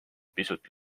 pisut